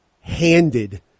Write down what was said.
handed